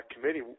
committee